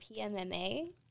PMMA